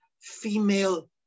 female